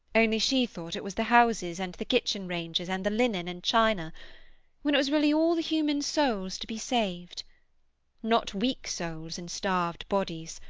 only she thought it was the houses and the kitchen ranges and the linen and china when it was really all the human souls to be saved not weak souls in starved bodies,